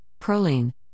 Proline